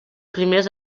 primers